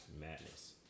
madness